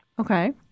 Okay